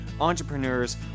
entrepreneurs